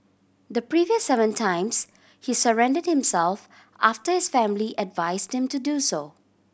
the previous seven times he surrendered himself after his family advised him to do so